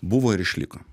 buvo ir išliko